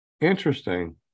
Interesting